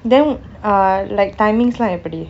then uh like timings எல்லாம் எப்படி:ellam eppadi